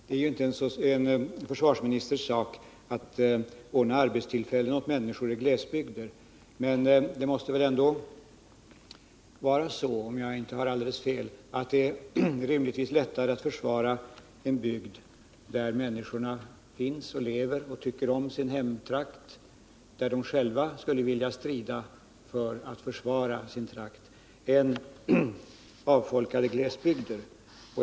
Det är inte en försvarsministers sak att ordna arbetstillfällen åt människor i glesbygder, men det måste väl ändå rimligtvis vara så, om jag inte har alldeles fel, att det är lättare att försvara en bygd, där det lever människor som tycker om sin hemtrakt och som själva är villiga att strida för att värna denna, än att försvara avfolkade glesbygder.